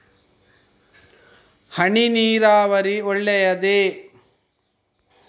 ಹನಿ ನೀರಾವರಿ ಒಳ್ಳೆಯದೇ?